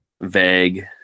vague